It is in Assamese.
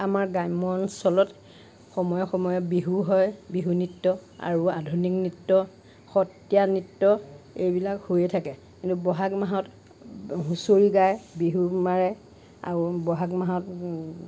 আমাৰ গ্ৰাম্য অঞ্চলত সময়ে সময়ে বিহু হয় বিহু নৃত্য আৰু আধুনিক নৃত্য সত্ৰীয়া নৃত্য এইবিলাক হৈয়ে থাকে কিন্তু বহাগ মাহত হুঁচৰি গায় বিহু মাৰে আৰু বহাগ মাহত